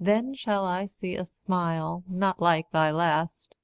then shall i see a smile not like thy last